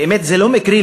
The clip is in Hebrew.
באמת זה לא מקרי,